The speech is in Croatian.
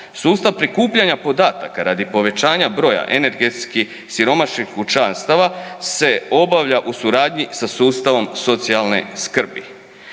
Sustav prikupljanja podataka radi povećanja broja energetski siromašnih kućanstava se obavlja u suradnji sa sustavom socijalne skrbi.